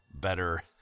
better